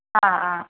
അ ആ